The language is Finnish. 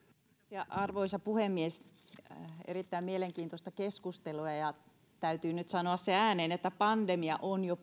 arvoisa puhemies erittäin mielenkiintoista keskustelua ja täytyy nyt sanoa se ääneen että pandemia on jo